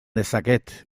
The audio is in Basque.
dezaket